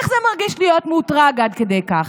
איך זה מרגיש להיות מאותרג עד כדי כך?